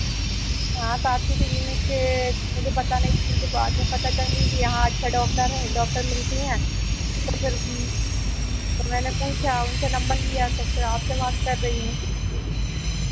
हाँ तो आपकी क्लीनिक के मुझे पता नहीं थी मुझे बाद में पता चली कि यहाँ अच्छे डॉक्टर हैं डॉक्टर मिलती हैं तो फिर तो मैंने पूछा उनसे नंबर लिया तो फिर आपसे बात कर रही हूँ